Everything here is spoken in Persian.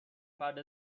فرد